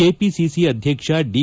KPCC ಅಧ್ಯಕ್ಷ the